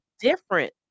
different